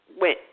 went